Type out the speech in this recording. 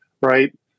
right